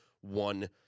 one